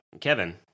Kevin